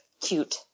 cute